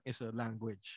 language